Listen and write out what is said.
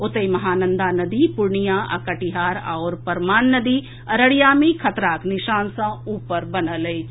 ओतहि महानंदा नदी पूर्णियां आ कटिहार आओर परमान नदी अररिया मे खतराक निशान सॅ ऊपर बनल अछि